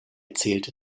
zählte